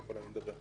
מדובר בחיי אדם.